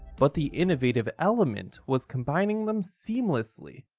but the innovative element was combining them seamlessly.